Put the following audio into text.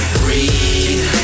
breathe